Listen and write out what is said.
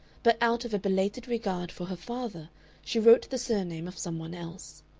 but out of a belated regard for her father she wrote the surname of some one else.